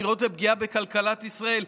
הקריאות לפגיעה בכלכלת ישראל,